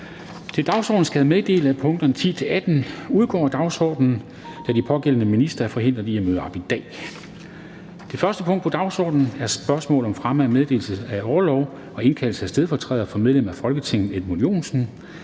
Til dagsordenen skal jeg meddele, at punkterne 10-18 udgår af dagsordenen, da de pågældende ministre er forhindret i at møde op i dag. --- Det første punkt på dagsordenen er: 1) Spørgsmål om meddelelse af orlov til og indkaldelse af stedfortræder for medlem af Folketinget Edmund Joensen